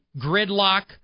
gridlock